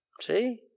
See